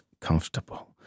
comfortable